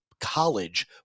college